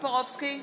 טופורובסקי,